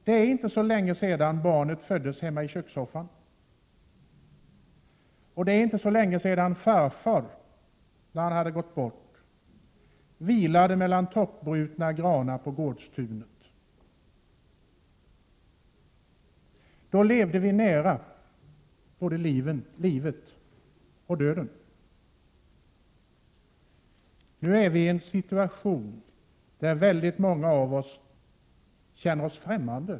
Det är inte så länge sedan barnet föddes hemma i kökssoffan, och det är inte så länge sedan farfar när han hade gått bort vilade mellan toppbrutna granar på gårdstunet. Då levde vi nära både livet och döden. Nu är vi i en situation där väldigt många av oss känner sig främmande.